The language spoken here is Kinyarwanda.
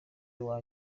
nyuma